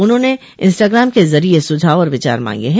उन्होंने इंस्टाग्राम के ज़रिये सुझाव और विचार मांगे हैं